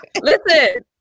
Listen